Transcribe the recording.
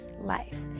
Life